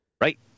Right